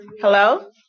Hello